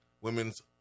women's